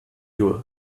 you